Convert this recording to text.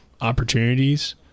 opportunities